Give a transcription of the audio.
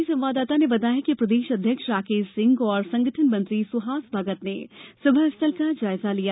हमारी संवाददाता ने बताया कि प्रदेश अध्यक्ष राकेश सिंह और संगठन मंत्री सुहास भगत ने सभा स्थल का जायजा लिया